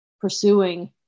pursuing